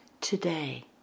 today